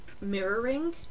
mirroring